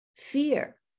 fear